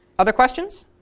other questions?